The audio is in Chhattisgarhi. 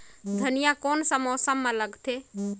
धनिया कोन सा मौसम मां लगथे?